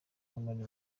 muri